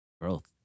Growth